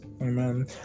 amen